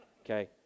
okay